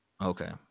Okay